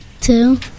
two